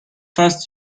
first